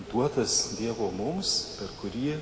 duotas dievo mums kurį